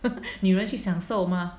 女人去享受吗